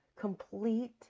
complete